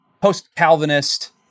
post-Calvinist